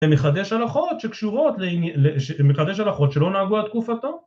ומחדש הלכות שקשורות, מחדש הלכות שלא נהגו על תקופתו